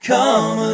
Come